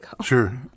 Sure